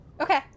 Okay